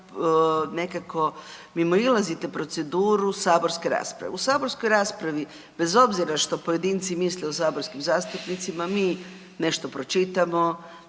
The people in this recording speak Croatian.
nekako mimoilazite proceduru saborske rasprave. U saborskoj raspravi, bez obzira što pojedinci misle o saborskim zastupnicima, mi nešto pročitamo,